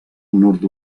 nord